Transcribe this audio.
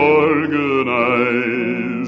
organize